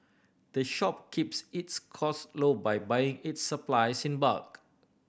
the shop keeps its costs low by buying its supplies in bulk